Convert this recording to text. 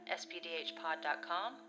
spdhpod.com